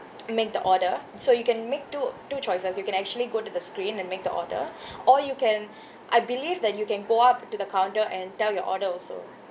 make the order so you can make two two choices you can actually go to the screen and make the order or you can I believe that you can go up to the counter and tell your order also